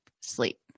sleep